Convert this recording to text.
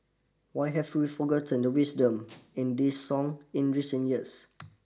why have we forgotten the wisdom in this song in recent years